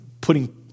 putting